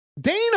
Dana